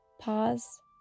pause